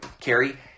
Carrie